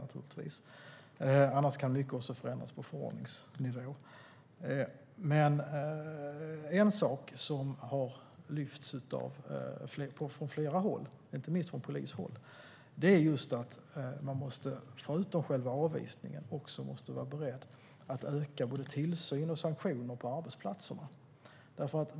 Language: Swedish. Annars kan mycket förändras på förordningsnivå. En sak som har lyfts upp från flera håll, inte minst från polishåll, är att vi också måste vara beredda att öka både tillsyn och sanktioner på arbetsplatser.